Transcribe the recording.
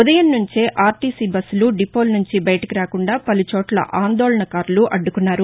ఉదయం నుంచే ఆర్టీసీ బస్సులు డిపోల నుంచి బయటకు రాకుండా పలుచోట్ల ఆందోళనకారులు అడ్డకున్నారు